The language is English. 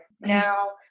Now